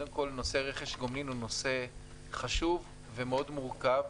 נושא רכש גומלין הוא נושא חשוב ומאוד מורכב.